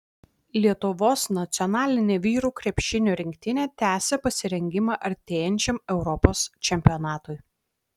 lietuvos nacionalinė vyrų krepšinio rinktinė tęsią pasirengimą artėjančiam europos čempionatui